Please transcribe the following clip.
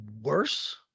worse